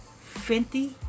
Fenty